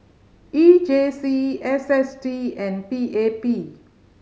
E J C S S T and P A P